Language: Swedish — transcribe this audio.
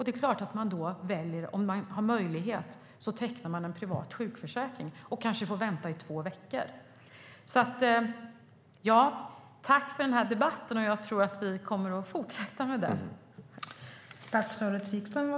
Det är klart att de som har möjlighet tecknar en privat sjukförsäkring och sedan får vänta kanske i två veckor. Tack för debatten! Jag tror att den kommer att fortsätta.